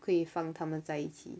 可以放他们在一起